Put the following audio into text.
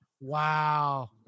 Wow